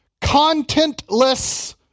contentless